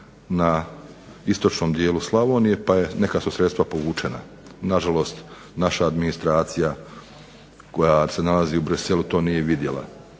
na istočnom dijelu Slavonije, pa neka su sredstva povučena. Na žalost naša administracija koja se nalazi u Bruxellesu to nije vidjela